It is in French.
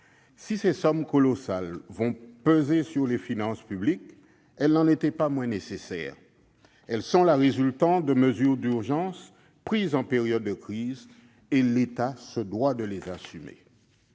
Si ces sommes colossales vont peser sur les finances publiques, elles n'en étaient pas moins nécessaires. Elles sont la résultante de mesures d'urgence, qui ont été prises en période de crise et que l'État se doit d'assumer.